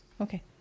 Okay